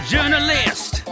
Journalist